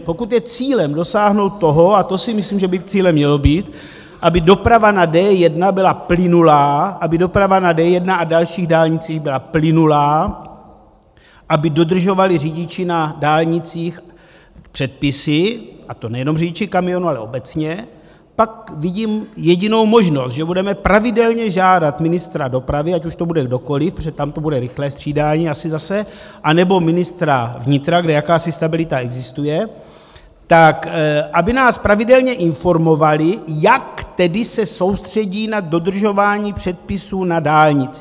Pokud je cílem dosáhnout toho, a to si myslím, že by cílem mělo být, aby doprava na D1 byla plynulá, aby doprava na D1 a dalších dálnicích byla plynulá, aby dodržovali řidiči na dálnicích předpisy, a to nejenom řidiči kamionů, ale obecně, pak vidím jedinou možnost, že budeme pravidelně žádat ministra dopravy, ať už to bude kdokoliv, protože tam to bude rychlé střídání asi zase, anebo ministra vnitra, kde jakási stabilita existuje, tak aby nás pravidelně informovali, jak tedy se soustředí na dodržování předpisů na dálnicích.